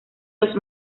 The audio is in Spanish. los